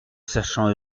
sachant